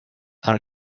are